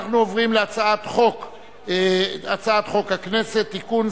אנחנו עוברים להצעת חוק הכנסת (תיקון,